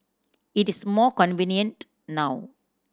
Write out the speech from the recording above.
it is more convenient now